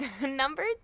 number